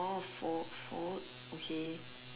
orh 佛佛 fo okay